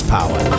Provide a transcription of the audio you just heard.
Power